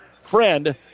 Friend